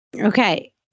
Okay